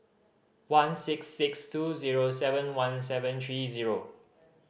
one six six two zero seven one seven three zero